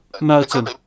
Merton